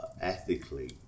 ethically